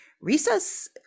recess